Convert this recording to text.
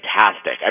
fantastic